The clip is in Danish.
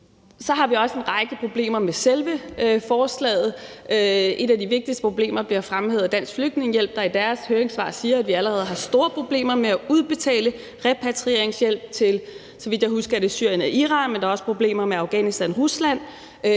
Så har vi også en række problemer med selve forslaget. Et af de vigtigste problemer bliver fremhævet af Dansk Flygtningehjælp, der i deres høringssvar siger, at vi allerede har store problemer med at udbetale repatrieringshjælp til, så vidt jeg husker, Syrien og Iran, men der er også problemer med Afghanistan og Rusland.